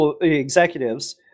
executives